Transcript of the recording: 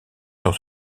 sur